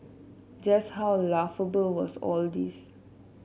just how laughable was all this